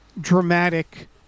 dramatic